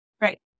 right